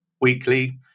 weekly